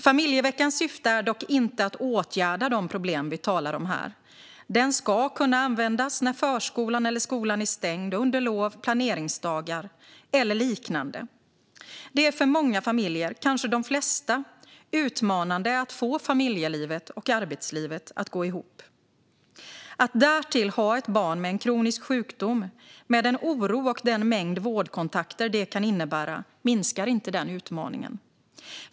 Familjeveckans syfte är dock inte att åtgärda de problem som vi talar om här. Den ska kunna användas när förskolan eller skolan är stängd under lov, planeringsdagar eller liknande. Det är för många familjer, kanske de flesta, utmanande att få familjelivet och arbetslivet att gå ihop. Att därtill ha ett barn med en kronisk sjukdom, med den oro och den mängd vårdkontakter det kan innebära, minskar inte den utmaningen.